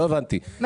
לא הבנתי,